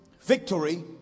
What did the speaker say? Victory